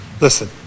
Listen